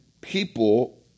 people